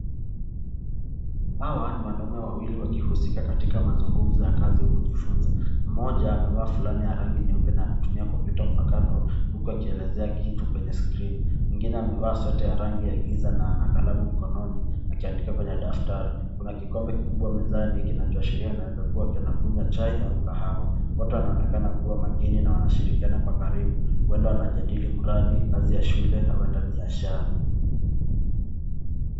Hawa ni wanaume wawili wakihusika katika mazungumzo ya kazi au kujifunza. Mmoja amevaa fulana ya rangi nyeupe na anatumia kompyuta mpakato huku akielezea kitu kwenye skrini. Mwingine amevaa sweta ya rangi ya giza na ana kalamu mkononi akiandika kwenye daftari. Kuna kikombe kikubwa mezani kinachoashiria anaweza kuwa aki, anakunywa chai au kahawa. Wote wanaonekana kuwa makini na wanashirikiana kwa karibu, huenda wanajadili mradi, kazi ya shule au hata biashara.